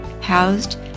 housed